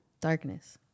Darkness